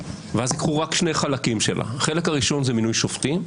ואז ייקחו רק שני חלקים שלה: החלק הראשון זה מינוי שופטים,